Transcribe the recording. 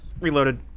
reloaded